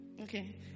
Okay